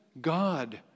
God